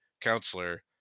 counselor